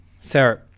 Sarah